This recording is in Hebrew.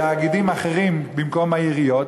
תאגידים אחרים במקום העיריות,